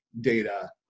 data